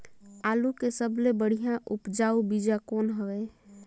आलू के सबले बढ़िया उपजाऊ बीजा कौन हवय?